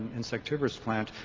insect tubers plant.